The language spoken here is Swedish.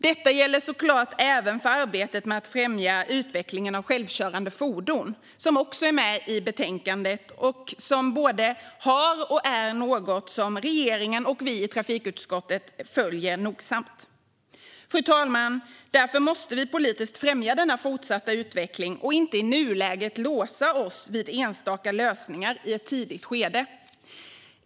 Detta gäller såklart även arbetet med att främja utvecklingen av självkörande fordon, som också finns med i betänkandet och som har varit och är något som regeringen och vi i trafikutskottet följer nogsamt. Fru talman! Därför måste vi politiskt främja den fortsatta utvecklingen och inte i nuläget låsa oss vid enstaka lösningar i ett tidigt skede.